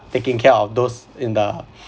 taking care of those in the